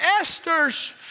Esther's